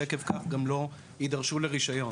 ועקב כך גם לא יידרשו לרישיון.